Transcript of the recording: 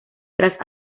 tras